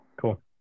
cool